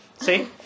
see